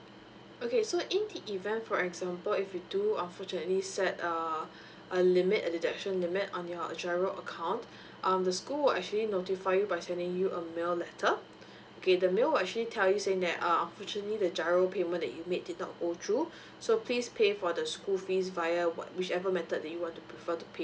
okay so in the event for example if you do unfortunately set err a limit a deduction limit on your giro account um the school will actually notify you by sending you a mail letter okay the mail will actually tell you saying that err unfortunately the giro payment that you made did not go through so please pay for the school fees via what whichever method that you want to prefer to pay